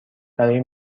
برای